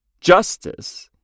justice